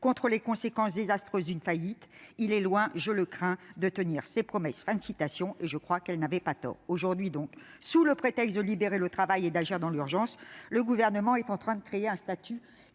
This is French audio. contre les conséquences désastreuses d'une faillite ; il est loin, je le crains, de tenir ses promesses. » Je crois qu'elle n'avait pas tort. Aujourd'hui, sous le prétexte de libérer le travail et d'agir dans l'urgence, le Gouvernement est en train de créer un statut